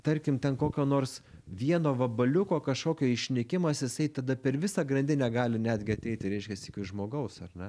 tarkim ten kokio nors vieno vabaliuko kažkokio išnykimas jisai tada per visą grandinę gali netgi ateiti reiškiasi iki žmogaus ar ne